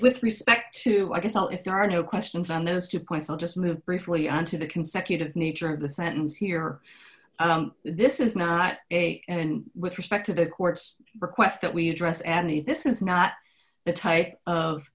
with respect to arkansas if there are no questions on those two points i'll just move briefly on to the consecutive nature of the sentence here this is not a and with respect to the court's request that we address any this is not the type of